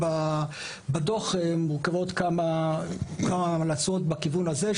בדוח מורכבות כמה המלצות בכיוון הזה.